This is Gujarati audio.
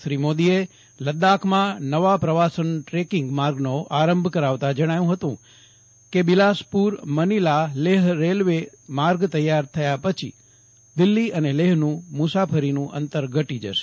શ્રી મોદીએ લદ્દાખમાં નવા પ્રવાસન ટ્રેકિંગ માર્ગનો આરંભ કરાવતા જણાવ્યું હતું કે બિલાસપુર મનીલા લેહ રેલવે માર્ગ તૈયાર થયા પછી દિલ્હી અને લેહનું મુસાફરીનું અંતર ઘટી જશે